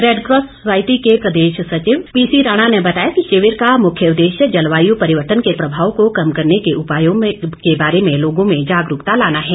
Red Cross society के प्रदेश सचिव पीसी राणा ने बताया कि शिविर का मुख्य उद्देश्य जलवायु परिवर्तन के प्रभाव को कम करने के उपायों बारे जागरूकता लाना है